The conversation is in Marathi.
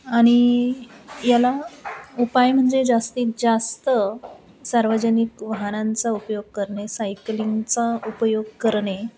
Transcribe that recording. आणि याला उपाय म्हणजे जास्तीत जास्त सार्वजनिक वाहनांचा उपयोग करणे सायकलिंगचा उपयोग करणे